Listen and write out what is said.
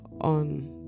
on